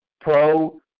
pro